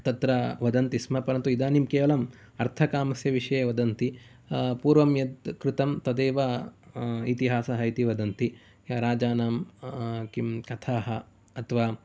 तत्र वदन्ति स्म परन्तु इदानीं केवलम् अर्थकामस्य विषये वदन्ति पूर्वं यद् कृतं तदेव इतिहासः इति वदन्ति राजानां किं कथाः अथवा